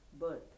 birth